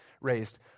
raised